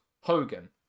Hogan